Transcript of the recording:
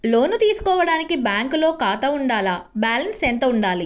లోను తీసుకోవడానికి బ్యాంకులో ఖాతా ఉండాల? బాలన్స్ ఎంత వుండాలి?